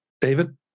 david